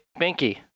Binky